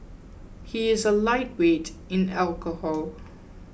he is a lightweight in alcohol